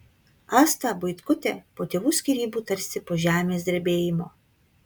asta buitkutė po tėvų skyrybų tarsi po žemės drebėjimo